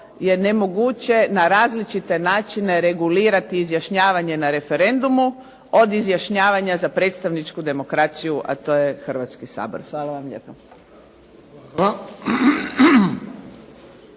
je nemoguće na različite načine regulirati izjašnjavanje na referendumu od izjašnjava za predstavničku demokraciju a to je Hrvatski sabor. Hvala vam lijepa.